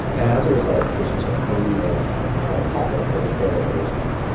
and as result, patients are paying more out-of-pocket for the care that they receive.